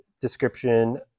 description